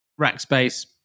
Rackspace